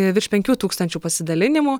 virš penkių tūkstančių pasidalinimų